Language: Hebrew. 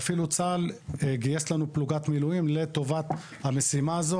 ואפילו צה"ל גייס לנו פלוגת מילואים לטובת המשימה הזאת.